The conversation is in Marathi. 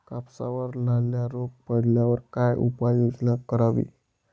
कापसावर लाल्या रोग पडल्यावर काय उपाययोजना करावी?